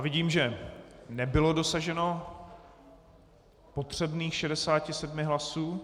Vidím, že nebylo dosaženo potřebných 67 hlasů .